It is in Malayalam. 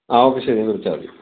ആ ഓക്കേ ശരി എന്നാൽ വിളിച്ചാൽ മതി